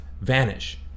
vanish